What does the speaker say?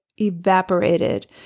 evaporated